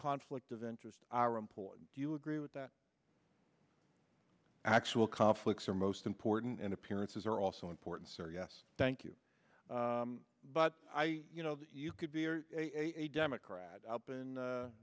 conflict of interest are important do you agree with that actual conflicts are most important and appearances are also important sir yes thank you but i you know that you could be a democrat up in